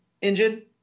engine